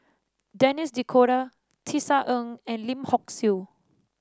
Denis D 'Cotta Tisa Ng and Lim Hock Siew